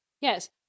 Yes